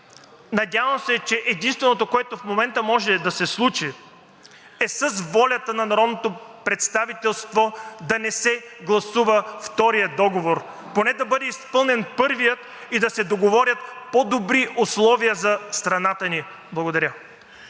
Надявам се, че единственото, което в момента може да се случи, е с волята на народното представителство да не се гласува вторият договор. Поне да бъде изпълнен първият и да се договорят по-добри условия за страната ни. Благодаря.